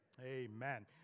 Amen